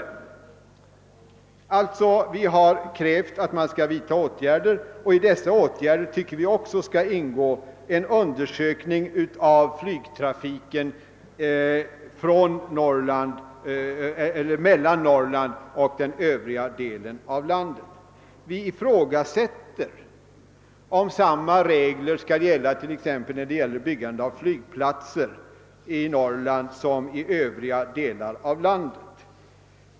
Vi har alltså krävt att åtgärder skall vidtas, och vi tycker att det i dessa åtgärder också bör ingå en undersökning av flygtrafiken mellan Norrland och landet i övrigt. Vi ifrågasätter om samma regler skall gälla för byggande av flygplatser i Norrland som i andra delar av landet.